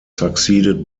succeeded